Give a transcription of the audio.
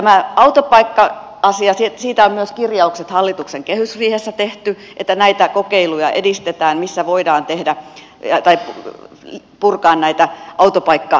tästä autopaikka asiasta on myös kirjaukset hallituksen kehysriihessä tehty että näitä kokeiluja edistetään missä voidaan purkaa autopaikkanormeja